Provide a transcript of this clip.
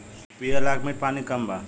पिए लायक मीठ पानी कम बा